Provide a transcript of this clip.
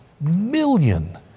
million